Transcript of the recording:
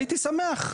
הייתי שמח.